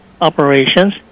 operations